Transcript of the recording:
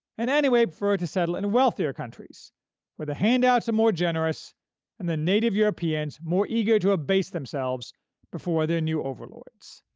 and anyway prefer to settle in wealthier countries where the handouts are more generous and the native europeans more eager to abase themselves before their new overlords.